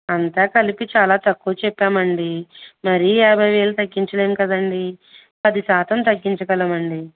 అంతా కలిపి చాలా తక్కువ చెప్పాము అండి మరి యాభై వేలు తగ్గించలేము కదా అండి పది శాతం తగ్గించగలము అండి